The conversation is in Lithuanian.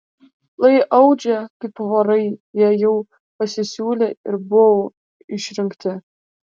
lai audžia kaip vorai jei jau pasisiūlė ir buvo išrinkti